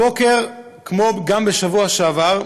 הבוקר, כמו גם בשבוע שעבר,